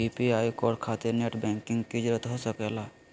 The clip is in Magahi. यू.पी.आई कोड खातिर नेट बैंकिंग की जरूरत हो सके ला?